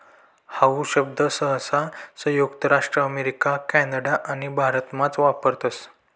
how शब्द सहसा संयुक्त राज्य अमेरिका कॅनडा आणि भारतमाच वापरतस